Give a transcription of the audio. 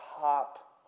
top